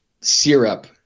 syrup